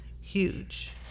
huge